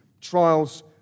trials